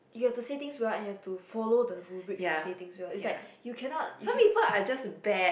you have to say thing well and you have to follow the rubric and say thing well is like you cannot you can